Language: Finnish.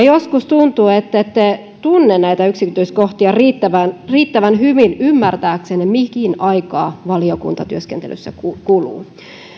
joskus tuntuu että te ette tunne näitä yksityiskohtia riittävän riittävän hyvin ymmärtääksenne mihin aikaa valiokuntatyöskentelyssä kuluu